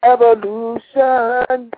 Evolution